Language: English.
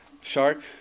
Shark